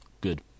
Good